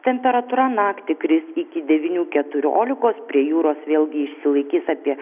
temperatūra naktį kris iki devynių keturiolikos prie jūros vėlgi išsilaikys apie